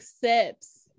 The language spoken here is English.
sips